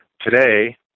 Today